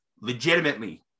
legitimately